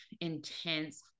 intense